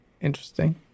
interesting